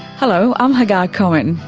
hello, i'm hagar cohen,